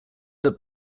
that